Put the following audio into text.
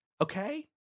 okay